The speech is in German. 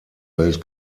welt